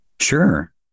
Sure